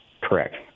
Correct